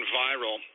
viral